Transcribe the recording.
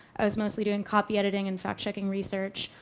i was mostly doing copy editing and fact checking research,